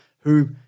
who-